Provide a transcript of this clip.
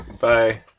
Bye